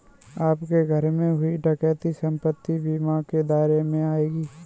आपके घर में हुई डकैती संपत्ति बीमा के दायरे में आएगी